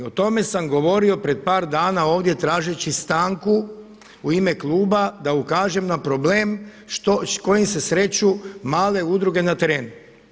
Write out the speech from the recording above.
O tome sam govorio pred par dana ovdje tražeći stanku u ime kluba da ukažem na problem kojim se sreću male udruge na terenu.